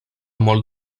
molt